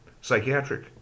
psychiatric